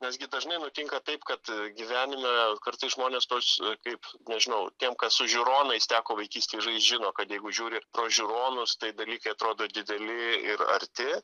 nesgi dažnai nutinka taip kad gyvenime kartais žmonės tos kaip nežinau tiem kas su žiūronais teko vaikystėje žaist žino kad jeigu žiūri pro žiūronus tai dalykai atrodo dideli ir arti